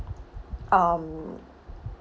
um